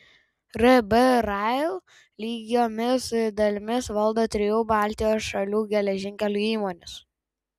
rb rail lygiomis dalimis valdo trijų baltijos šalių geležinkelių įmonės